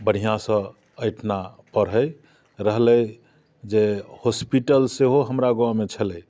बढ़िआँसँ एहिठिमा पढ़ैत रहलै जे हॉस्पिटल सेहो हमरा गाममे छलै